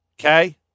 Okay